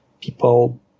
People